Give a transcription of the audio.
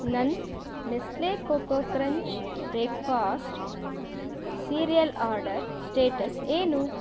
ನನ್ನ Nestle Koko Krunch breakfast cereal order status ಏನು